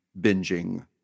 binging